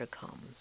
comes